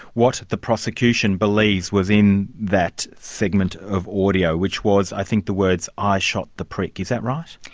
what the prosecution believes was in that segment of audio, which was, i think, the words, i shot the prick, is that right?